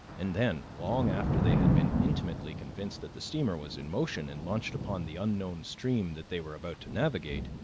and then, long after they had been intimately convinced that the steamer was in motion and launched upon the unknown stream that they were about to navigate,